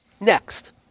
Next